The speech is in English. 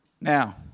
Now